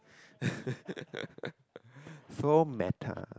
so meta